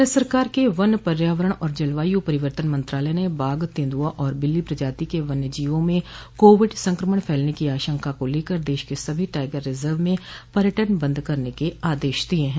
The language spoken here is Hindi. भारत सरकार के वन पर्यावरण और जलवायू परिवर्तन मंत्रालय ने बाघ तेंदुआ व बिल्ली प्रजाति के वन्य जीवों में कोविड संक्रमण फैलने की आशंका को लेकर देश के सभी टाइगर रिजर्व में पर्यटन बंद करने के आदेश दिए हैं